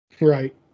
Right